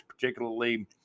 particularly